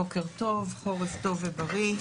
בוקר טוב, חורף טוב ובריא.